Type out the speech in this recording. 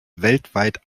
weltweit